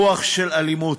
רוח של אלימות.